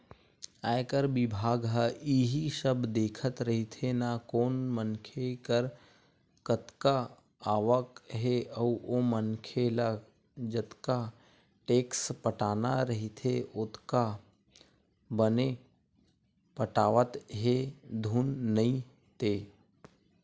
आयकर बिभाग ह इही सब देखत रहिथे ना कोन मनखे कर कतका आवक हे अउ ओ मनखे ल जतका टेक्स पटाना रहिथे ओतका बने पटावत हे धुन नइ ते